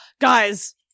Guys